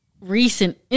recent